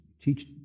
teach